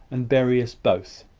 and bury us both.